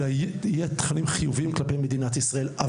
אלא יהיו תכנים חיוביים כלפי מדינת ישראל.